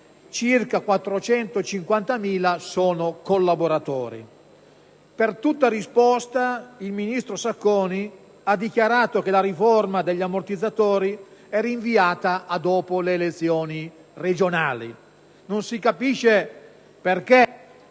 circa 450.000 sono collaboratori. Per tutta risposta il ministro Sacconi ha dichiarato che la riforma degli ammortizzatori è rinviata a dopo le elezioni regionali. Non si capisce perché